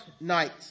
night